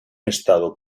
estado